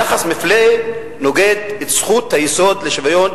יחס מפלה נוגד את זכות היסוד לשוויון,